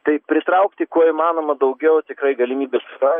tai pritraukti kuo įmanoma daugiau tikrai galimybės yra